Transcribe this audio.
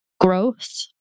growth